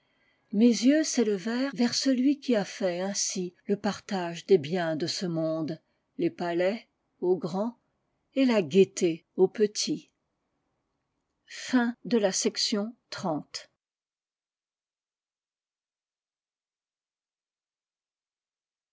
mes yeux s'élevèrent vers celui qui a fait ainsi le partage des biens de ce monde les palais aux grands et la gaieté aux petits